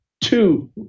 two